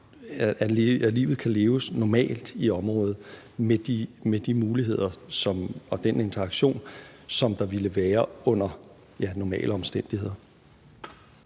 og livet kan leves normalt i området med de muligheder og den interaktion, som der ville være under normale omstændigheder.